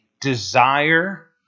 desire